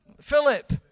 Philip